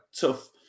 tough